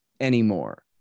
anymore